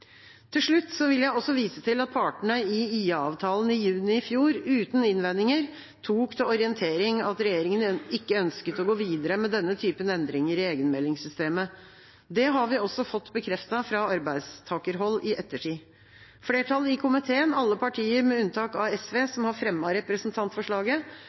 Til slutt vil jeg også vise til at partene i IA-avtalen i juni i fjor uten innvendinger tok til orientering at regjeringen ikke ønsket å gå videre med denne typen endringer i egenmeldingssystemet. Det har vi også fått bekreftet fra arbeidstakerhold i ettertid. Flertallet i komiteen – alle partier med unntak av SV,